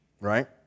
right